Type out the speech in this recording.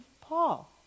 Paul